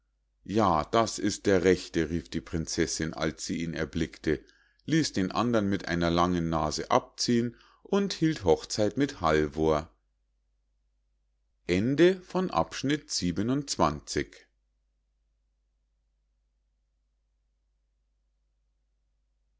ja das ist der rechte rief die prinzessinn als sie ihn erblickte ließ den andern mit einer langen nase abziehen und hielt hochzeit mit halvor